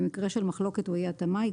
במקרה של מחלוקת או אי התאמה,